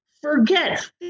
forget